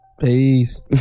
Peace